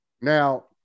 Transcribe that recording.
Now